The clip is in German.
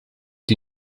die